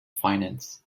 finance